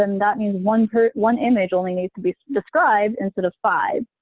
then that means one per one image only needs to be described instead of five,